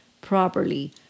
properly